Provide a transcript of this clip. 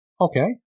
Okay